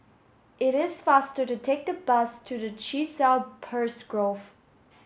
it is faster to take the bus to Chiselhurst Grove